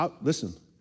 Listen